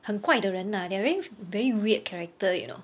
很怪的人 lah they are very very weird character you know